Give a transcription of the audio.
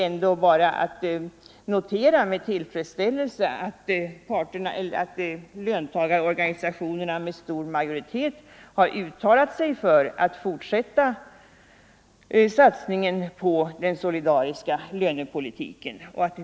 vi kan ändå med tillfredsställelse notera att löntagarorganisationerna med stor majoritet har uttalat sig för att fortsätta satsningen på den solidariska lönepolitiken.